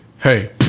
Hey